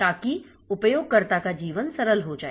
ताकि उपयोगकर्ता का जीवन सरल हो जाए